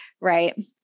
Right